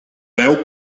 veu